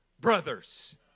brothers